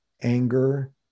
anger